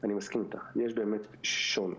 אני מסכים איתך, יש באמת שוני.